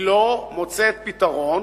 היא לא מוצאת פתרון,